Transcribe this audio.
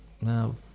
no